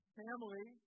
family